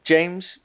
James